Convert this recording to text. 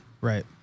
Right